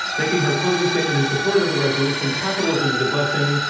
making her closing statement in support of the resolution, capitalism is a blessing,